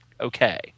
okay